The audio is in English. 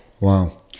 Wow